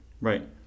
Right